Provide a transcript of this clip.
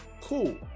cool